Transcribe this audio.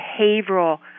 behavioral